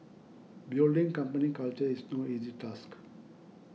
building company culture is no easy task